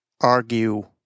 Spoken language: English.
argue